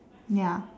ya